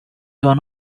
one